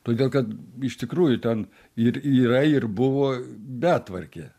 todėl kad iš tikrųjų ten ir yra ir buvo betvarkė